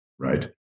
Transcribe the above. Right